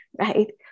right